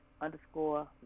underscore